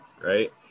right